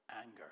anger